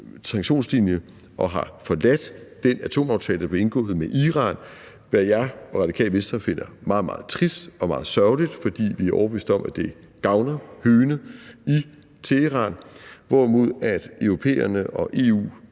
sanktionslinje og har forladt den atomaftale, der blev indgået med Iran, hvilket jeg og Radikale Venstre finder meget, meget trist og meget sørgeligt, fordi vi er overbeviste om, at det gavner høgene i Teheran, hvorimod europæerne og EU